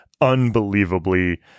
unbelievably